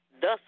thus